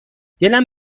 دلم